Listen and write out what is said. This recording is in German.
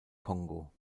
kongo